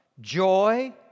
joy